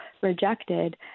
rejected